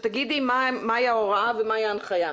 שתגידי מה היא ההוראה ומה היא ההנחיה.